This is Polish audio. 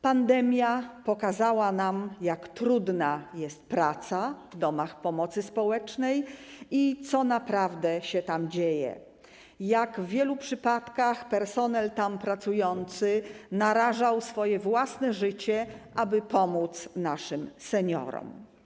Pandemia pokazała nam, jak trudna jest praca w domach pomocy społecznej i co naprawdę się tam dzieje, jak w wielu przypadkach personel tam pracujący narażał swoje własne życie, aby pomóc naszym seniorom.